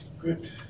good